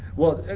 well,